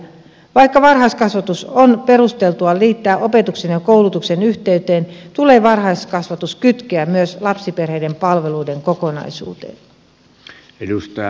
vaikka varhaiskasvatus on perusteltua liittää opetuksen ja koulutuksen yhteyteen tulee varhaiskasvatus kytkeä myös lapsiperheiden palveluiden kokonaisuuteen